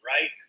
right